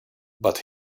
but